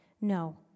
No